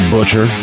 Butcher